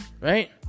right